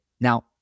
Now